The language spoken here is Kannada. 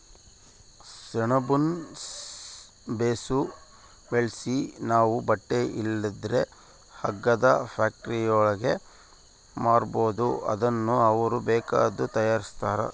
ಸೆಣಬುನ್ನ ಬೇಸು ಬೆಳ್ಸಿ ನಾವು ಬಟ್ಟೆ ಇಲ್ಲಂದ್ರ ಹಗ್ಗದ ಫ್ಯಾಕ್ಟರಿಯೋರ್ಗೆ ಮಾರ್ಬೋದು ಅದುನ್ನ ಅವ್ರು ಬೇಕಾದ್ದು ತಯಾರಿಸ್ತಾರ